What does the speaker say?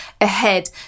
ahead